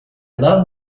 love